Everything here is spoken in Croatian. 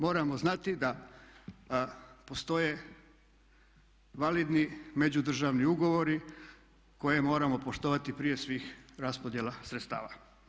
Moramo znati da postoje validni međudržavni ugovori koje moramo poštovani prije svih raspodjela sredstava.